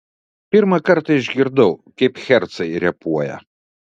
pirmą kartą išgirdau kaip hercai repuoja